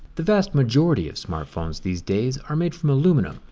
the vast majority of smartphones these days are made from aluminum.